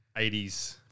80s